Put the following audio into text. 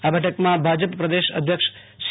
આ બેઠકમાં ભાજપ પ્રદેશ અધ્યક્ષ સી